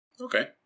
Okay